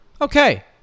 Okay